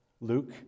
Luke